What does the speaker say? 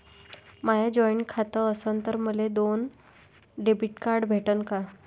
माय joint खातं असन तर मले दोन डेबिट कार्ड भेटन का?